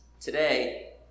Today